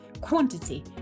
quantity